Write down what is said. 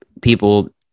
people